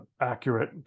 accurate